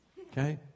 Okay